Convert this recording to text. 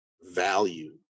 value